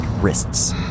wrists